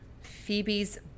Phoebe's